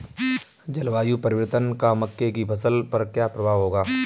जलवायु परिवर्तन का मक्के की फसल पर क्या प्रभाव होगा?